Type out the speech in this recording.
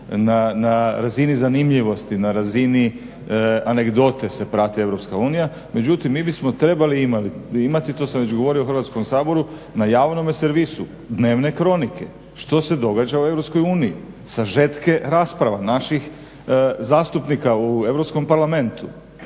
na razini zanimljivosti, na razini anegdote se prati EU. Međutim, mi bismo trebali imati, to sam već govorio u Hrvatskom saboru, na javnome servisu dnevne kronike što se događa u EU, sažetke rasprava naših zastupnika u